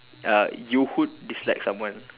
uh you would dislike someone